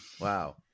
Wow